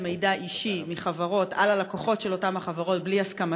מידע אישי מחברות על הלקוחות של אותן החברות בלי הסכמתם?